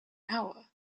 hour